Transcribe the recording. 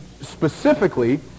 specifically